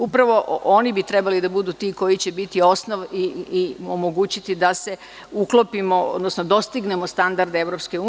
Upravo oni bi trebali da budu ti koji će biti osnov i omogućiti da dostignemo standard EU.